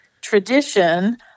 tradition